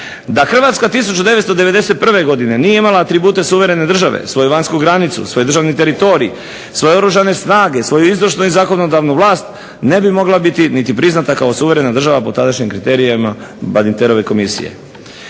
Da Hrvatska 1991. godine nije imala atribute suverene države, svoju vanjsku granicu, svoj državni teritorij, svoje oružane snage, svoju izvršnu i zakonodavnu vlast ne bi mogla biti niti priznata kao suverena država po tadašnjim kriterijima …/Ne razumije